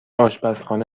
آشپزخانه